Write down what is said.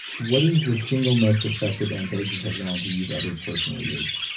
what is the single most effective anti-aging technology you've ever personally used?